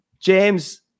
James